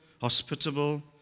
hospitable